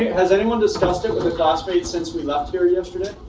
has anyone discussed it with a classmate since we left here yesterday? yeah